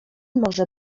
może